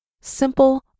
simple